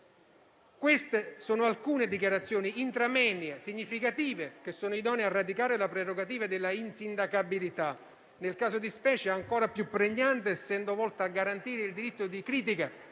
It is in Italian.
Queste sono alcune dichiarazioni *intra moenia* significative, che sono idonee a radicare la prerogativa dell'insindacabilità, nel caso di specie ancora più pregnante essendo volta a garantire il diritto di critica